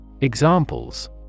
Examples